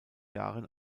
jahren